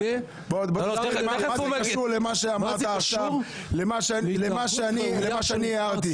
מה זה קשור למה שאני הערתי?